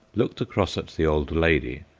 looked across at the old lady,